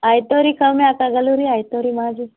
ಆಯಿತು ರೀ ಕಮ್ಮಿ ಆಕಗಲ್ವ ರೀ ಆಯಿತು ರೀ ಮಾಡ್ರಿ